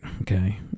okay